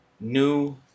New